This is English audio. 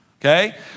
okay